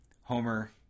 Homer